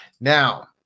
Now